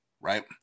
right